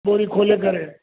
ॿोरी खोले करे